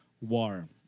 war